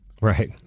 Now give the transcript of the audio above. Right